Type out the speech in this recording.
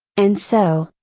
and so,